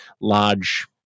large